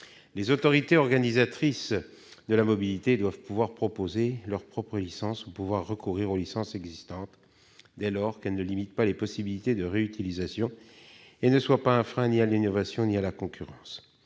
Les autorités organisatrices des mobilités doivent pouvoir proposer leur propre licence ou recourir aux licences existantes, dès lors qu'elles ne limitent pas les possibilités de réutilisation et ne sont un frein ni à l'innovation ni à la concurrence.